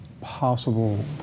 possible